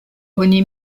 oni